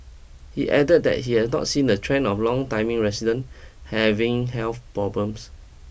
he added that he has not seen the trend of longtiming resident having health problems